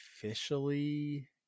officially